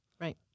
right